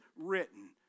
written